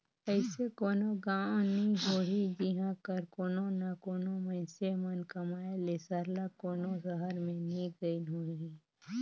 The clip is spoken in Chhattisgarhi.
अइसे कोनो गाँव नी होही जिहां कर कोनो ना कोनो मइनसे मन कमाए ले सरलग कोनो सहर में नी गइन होहीं